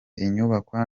inyubakwa